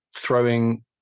throwing